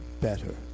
better